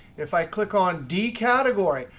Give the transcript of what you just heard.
if i click on d category,